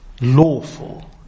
lawful